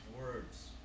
words